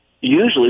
Usually